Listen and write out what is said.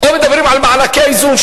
או שמדברים על מענקי האיזון,